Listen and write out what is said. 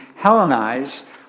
Hellenize